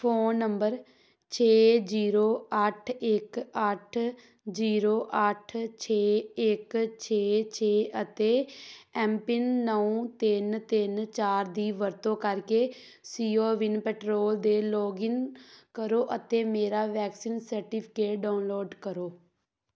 phone number ਛੇ zero ਅੱਠ ਇੱਕ ਅੱਠ ਜੀਰੋ ਅੱਠ ਛੇ ਇੱਕ ਛੇ ਛੇ ਅਤੇ ਐੱਮਪਿੰਨ ਨੌਂ ਤਿੰਨ ਤਿੰਨ ਚਾਰ ਦੀ ਵਰਤੋਂ ਕਰਕੇ ਸੀ ਓ ਵਿਨ ਪੈਟਰੋਲ ਦੇ ਲੌਗਇਨ ਕਰੋ ਅਤੇ ਮੇਰਾ ਵੈਕਸੀਨ ਸਰਟੀਫਿਕੇਟ ਡਾਊਨਲੋਡ ਕਰੋ